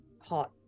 hot